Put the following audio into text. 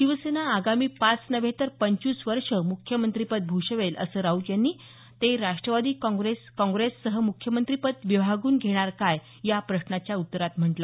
शिवसेना आगामी पाच नव्हे तर पंचवीस वर्षे मुख्यमंत्रीपद भूषवेल असं राऊत यांनी ते राष्ट्रवादी काँग्रेस काँग्रेस सह मुख्यमंत्रीपद विभागून घेणार काय या प्रश्नाच्या उत्तरात म्हटलं